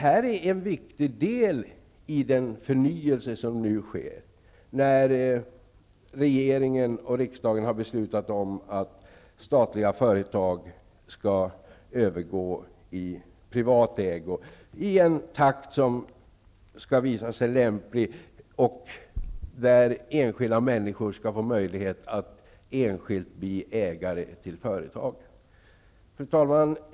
Här är en viktig del i den förnyelse som nu sker, när regeringen och riksdagen har beslutat att statliga företag skall övergå i privat ägo, i en takt som kan visa sig lämplig och där människor skall få möjlighet att enskilt bli ägare till företag. Fru talman!